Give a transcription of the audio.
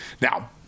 Now